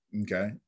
okay